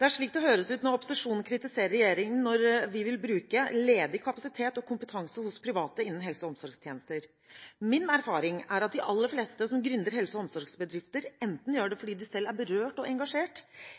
Det er slik det høres ut når opposisjonen kritiserer regjeringen når vi vil bruke ledig kapasitet og kompetanse hos private innen helse- og omsorgstjenester. Min erfaring er at de aller fleste som er gründere i helse- og omsorgsbedrifter, enten gjør det fordi de er berørt og engasjert,